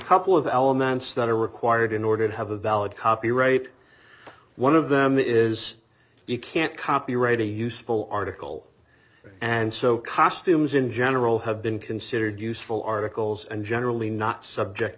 couple of elements that are required in order to have a valid copyright one of them is you can't copyright a useful article and so costumes in general have been considered useful articles and generally not subject